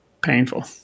painful